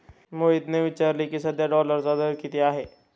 मोहितने विचारले की, सध्या डॉलरचा दर किती आहे?